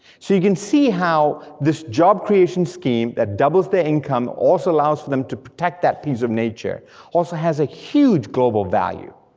can see how this job creation scheme that doubles their income also allows for them to protect that piece of nature also has a huge global value,